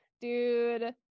dude